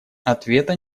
ответа